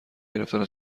گرفتن